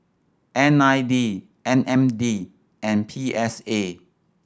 N I E M N D and P S A